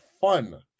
fun